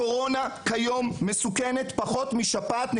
הקורונה כיום מסוכנת פחות משפעת.